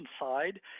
side